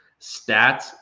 stats